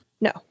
No